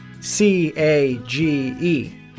C-A-G-E